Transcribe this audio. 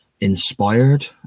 inspired